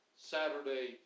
Saturday